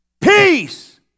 Peace